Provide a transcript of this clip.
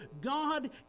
God